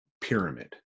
pyramid